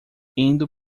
indo